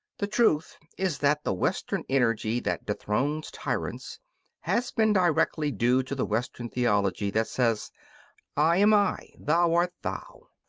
the truth is that the western energy that dethrones tyrants has been directly due to the western theology that says i am i, thou art thou.